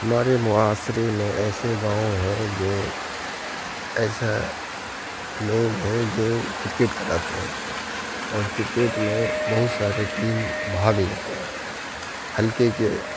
ہمارے معاشرے میں ایسے گاؤں ہیں جو ایسا لوگ ہے جو کرکٹ کراتے ہیں اور کرکٹ میں بہت سارے ٹیم بھاگ لیتے ہیں حلقے کے